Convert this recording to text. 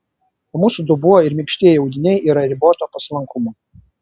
o mūsų dubuo ir minkštieji audiniai yra riboto paslankumo